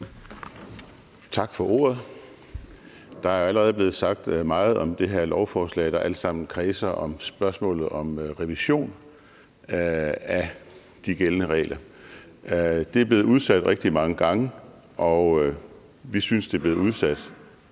Tak for ordet. Der er allerede blevet sagt meget om det her lovforslag, der alt sammen kredser om spørgsmålet om revision af de gældende regler. Det er blevet udsat rigtig mange gange, og vi synes, det er blevet udsat